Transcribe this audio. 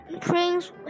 prince